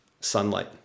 sunlight